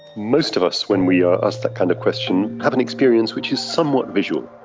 most of us when we are asked that kind of question have an experience which is somewhat visual.